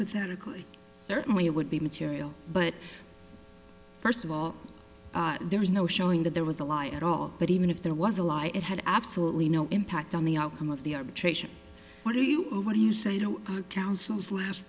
hypothetically certainly it would be material but first of all there is no showing that there was a lie at all but even if there was a lie it had absolutely no impact on the outcome of the arbitration what do you what do you say to counsel's last